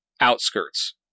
outskirts